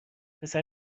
پسر